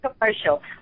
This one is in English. commercial